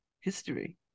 history